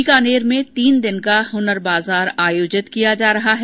बीकानेर में तीन दिन का हुनर बाजार आयोजित किया जा रहा है